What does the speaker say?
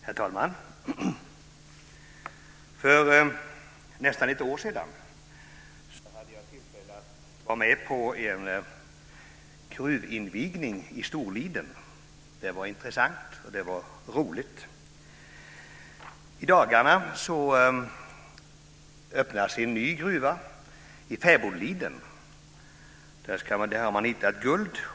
Herr talman! För nästan ett år sedan hade jag tillfälle att vara med på en gruvinvigning i Storliden. Det var intressant och roligt. I dagarna öppnas en ny gruva i Fäbodliden. Där har man hittat guld.